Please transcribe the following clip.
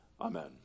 Amen